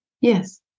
Yes